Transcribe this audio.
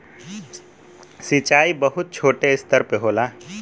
सिंचाई बहुत छोटे स्तर पे होला